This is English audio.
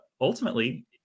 ultimately